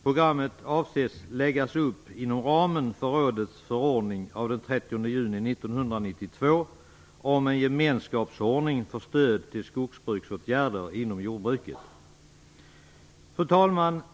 Programmet, som avses läggas upp inom ramen för rådets förordning av den 30 juni 1992, gäller en gemenskapsordning för stöd till skogsbruksåtgärder inom jordbruket. Fru talman!